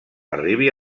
arribi